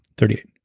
thirty eight